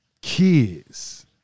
kids